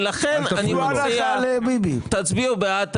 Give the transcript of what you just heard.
תצביעו בעד,